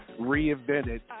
reinvented